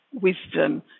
wisdom